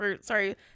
Sorry